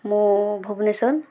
ମୁଁ ଭୁବନେଶ୍ୱର